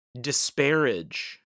disparage